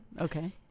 Okay